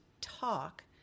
talk